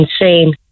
insane